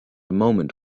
moment